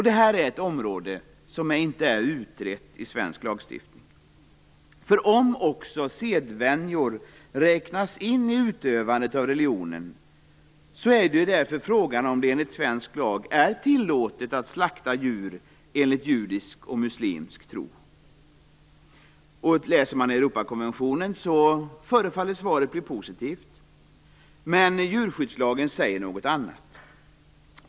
Detta är ett område som inte är utrett i svensk lagstiftning, för om också sedvänjor räknas in i utövandet av religionen är frågan om det enligt svensk lag är tillåtet att slakta djur enligt judisk och muslimsk tro. Enligt Europakonventionen förefaller svaret att bli positivt. Men djurskyddslagen säger något annat.